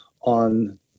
on